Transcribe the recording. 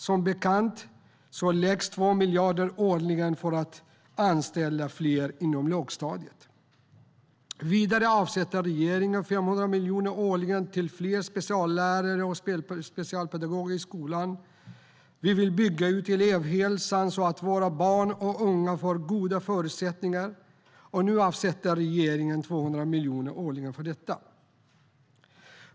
Som bekant läggs 2 miljarder årligen på att anställa fler inom lågstadiet. Vidare avsätter regeringen 500 miljoner årligen till fler speciallärare och specialpedagoger i skolan. Vi vill bygga ut elevhälsan så att våra barn och unga får goda förutsättningar. Och nu avsätter regeringen 200 miljoner årligen för detta.